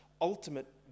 ultimate